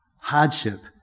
hardship